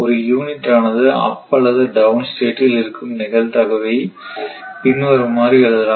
ஒரு யூனிட் ஆனது அப் அல்லது டவுன் ஸ்டேட்டில் இருக்கும் நிகழ்தகவை பின்வருமாறு எழுதலாம்